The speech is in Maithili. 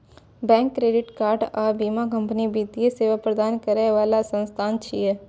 बैंक, क्रेडिट कार्ड आ बीमा कंपनी वित्तीय सेवा प्रदान करै बला संस्थान छियै